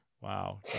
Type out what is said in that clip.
wow